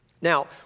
Now